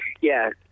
Yes